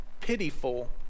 pitiful